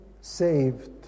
saved